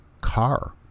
car